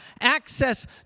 access